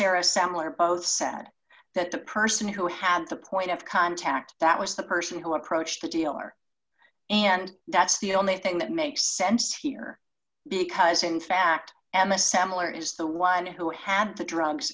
sarah sandler both said that the person who had the point of contact that was the person who approached the dealer and that's the only thing that makes sense here because in fact emma similar is the one who had the drugs